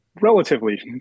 relatively